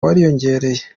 wariyongereye